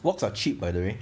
wok are cheap by the way